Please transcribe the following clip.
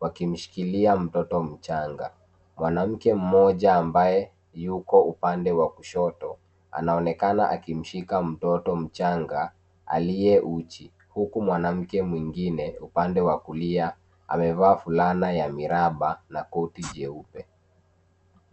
wakimshikilia mtoto mchanga. Mwanamke mmoja ambaye yuko upande wa kushoto anaonekana akimshika mtoto mchanga aliye uchi huku mwanamke mwingine upande wa kulia amevaa fulana ya miraba na kiti jeupe.